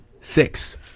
six